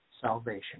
salvation